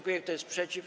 Kto jest przeciw?